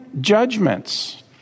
judgments